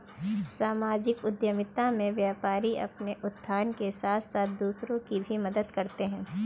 सामाजिक उद्यमिता में व्यापारी अपने उत्थान के साथ साथ दूसरों की भी मदद करते हैं